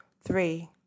Three